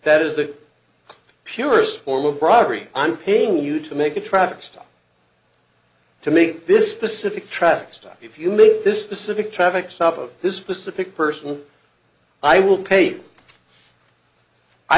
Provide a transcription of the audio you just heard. that is the purest form of bribery i'm paying you to make a traffic stop to make this specific traffic stop if you make this specific traffic stop of this specific person i will pay i